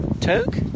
toke